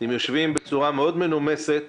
אתם יושבים בצורה מאוד מנומסת ומאריכים,